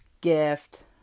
gift